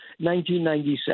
1997